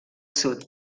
sud